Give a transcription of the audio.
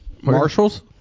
Marshall's